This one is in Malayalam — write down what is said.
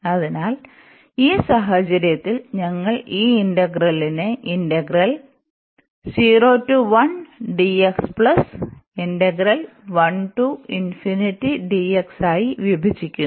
അതിനാൽ ഈ സാഹചര്യത്തിൽ ഞങ്ങൾ ഈ ഇന്റഗ്രലിനെ ആയി വിഭജിക്കുന്നു